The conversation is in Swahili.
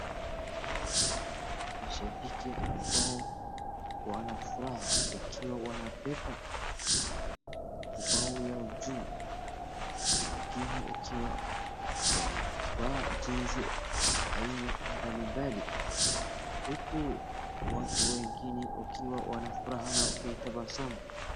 Hawa ni washabiki ambao wana furaha wakiwa wanabeba ubao yao juu wengine wakiwa wanavaa jinsi aina mbalimbali huku wengine wakiwa na furaha na kutabasamu.